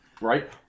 Right